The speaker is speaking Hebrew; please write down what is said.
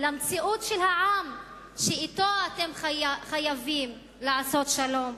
למציאות של העם שאתו אתם חייבים לעשות שלום?